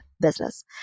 business